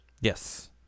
Yes